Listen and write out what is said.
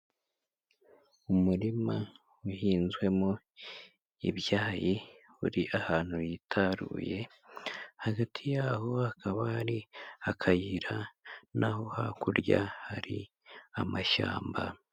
Umurima uhinzwemo ibyayi, uri ahantu hitaruye hagati, yaho hakaba hari akayira naho hakurya hari amashyamba.